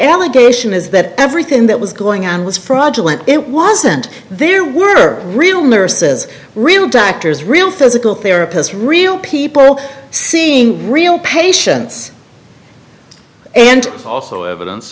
allegation is that everything that was going on was fraudulent it wasn't there were real nurses real doctors real physical therapists real people seeing real patients and also evidence